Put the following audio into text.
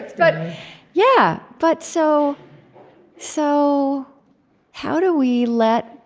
but yeah but so so how do we let